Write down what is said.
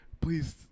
please